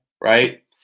Right